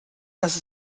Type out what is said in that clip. dass